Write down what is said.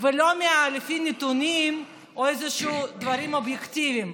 ולא לפי נתונים או דברים אובייקטיביים.